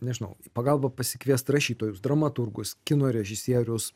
nežinau į pagalbą pasikviest rašytojus dramaturgus kino režisierius